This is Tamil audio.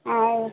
ஆ ஓகே